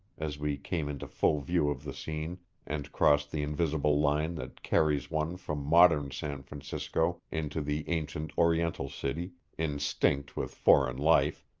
as we came into full view of the scene and crossed the invisible line that carries one from modern san francisco into the ancient oriental city, instinct with foreign life,